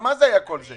מה היה כל זה?